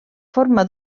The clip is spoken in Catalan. forma